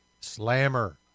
Slammer